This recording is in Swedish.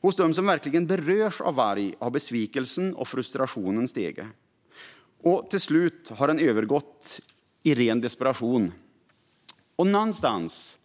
Hos dem som verkligen berörs av varg har besvikelsen och frustrationen stigit. Till slut har den övergått i ren desperation. Någonstans